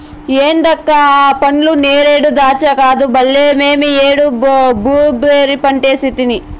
ఏంది అక్క ఆ పండ్లు నేరేడా దాచ్చా కాదు చెల్లే మేమీ ఏడు బ్లూబెర్రీ పంటేసితిని